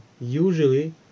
usually